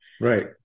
Right